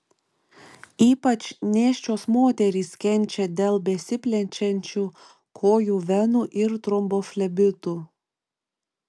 ypač nėščios moterys kenčia dėl besiplečiančių kojų venų ir tromboflebitų